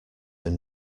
can